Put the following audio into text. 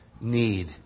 need